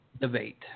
debate